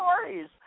stories